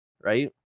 Right